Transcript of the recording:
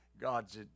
God's